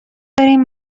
داریم